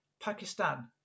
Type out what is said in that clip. Pakistan